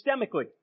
systemically